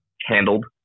handled